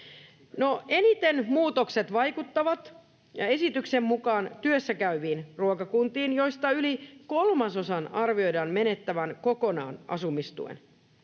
eniten muutokset esityksen mukaan vaikuttavat työssäkäyviin ruokakuntiin, joista yli kolmasosan arvioidaan menettävän kokonaan asumistuen,